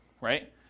right